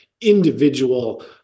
individual